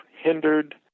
hindered